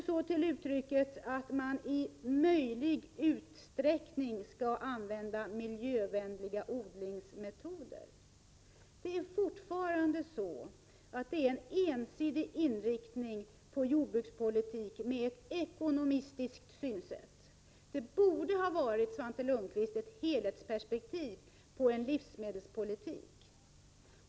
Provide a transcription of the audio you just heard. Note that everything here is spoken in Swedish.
Så till uttrycket att man skall ”i möjlig utsträckning använda miljövänliga odlingsmetoder”. Det är fortfarande så att vi har en ensidig inriktning på jordbrukspolitiken, med ett ekonomiskt synsätt. Vi borde, Svante Lundkvist, ha ett helhetsperspektiv på livsmedelspolitiken.